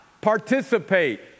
participate